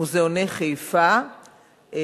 מוזיאוני חיפה,